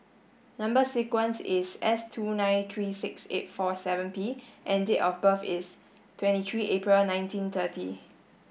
number sequence is S two nine three six eight four seven P and date of birth is twenty three April nineteen thirty